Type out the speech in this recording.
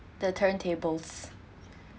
the turntables